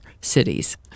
cities